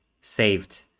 saved